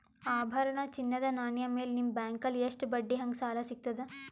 ಆಭರಣ, ಚಿನ್ನದ ನಾಣ್ಯ ಮೇಲ್ ನಿಮ್ಮ ಬ್ಯಾಂಕಲ್ಲಿ ಎಷ್ಟ ಬಡ್ಡಿ ಹಂಗ ಸಾಲ ಸಿಗತದ?